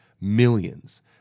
Millions